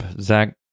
Zach